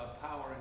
power